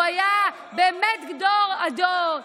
הוא היה באמת גדול הדור.